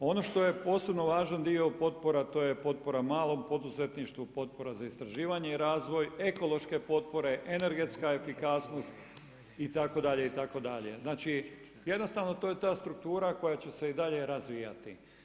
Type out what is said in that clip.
Ono što je posebno važan dio potpora, to je potpora malom poduzetništvu, potpora za istraživanje i razvoj, ekološke potpore, energetska efikasnost itd., itd. znači jednostavno to je ta struktura koja će se i dalje razvijati.